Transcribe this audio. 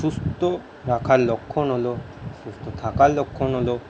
সুস্থ রাখার লক্ষণ হল সুস্থ থাকার লক্ষণ হল